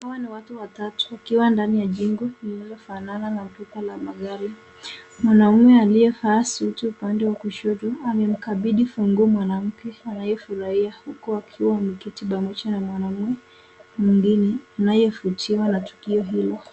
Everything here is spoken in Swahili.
Hawa ni watu watatu wakiwa ndani ya jengo lililofanana na duka la magari, mwanaume aliyevaa suti upande wa kushoto amemkabidi fungo mwanamke anayefurahia.